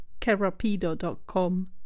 kerapido.com